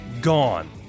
gone